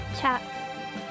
chat